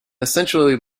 essentially